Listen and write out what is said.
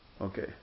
Okay